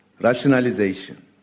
rationalization